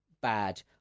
bad